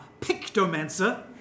Pictomancer